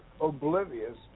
oblivious